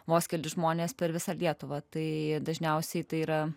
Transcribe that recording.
vos keli žmonės per visą lietuvą tai dažniausiai tai yra